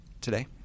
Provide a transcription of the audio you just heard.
today